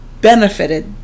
benefited